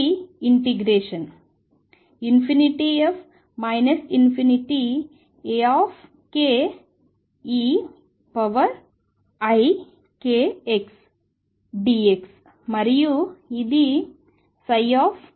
ఇది integration ∞ Ake ikxdx మరియు ఇది 0